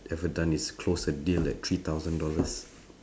ever done is close a deal at three thousand dollars